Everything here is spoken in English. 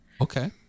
okay